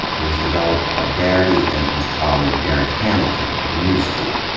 it was developed by darity and his colleague derek hamilton of the new school.